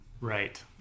Right